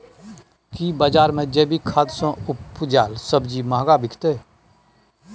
की बजार मे जैविक खाद सॅ उपजेल सब्जी महंगा बिकतै?